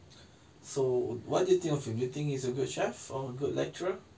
so what do you think of him do you think he's a good chef or a good lecturer